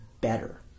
better